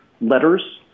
letters